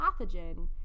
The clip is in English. pathogen